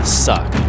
suck